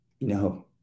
No